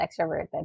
extroverted